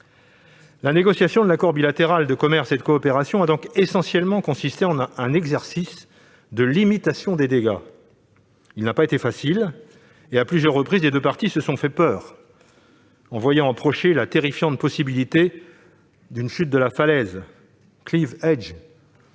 La négociation de l'accord bilatéral de commerce et de coopération a donc essentiellement consisté en un exercice de limitation des dégâts. Il n'a pas été facile et, à plusieurs reprises, les deux parties se sont fait peur en voyant approcher la terrifiante possibilité d'une « chute de la falaise »-, c'est-à-dire